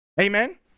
Amen